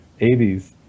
80s